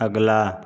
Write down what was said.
अगला